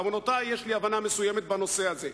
בעוונותי יש לי הבנה מסוימת בנושא הזה.